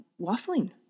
waffling